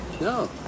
No